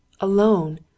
alone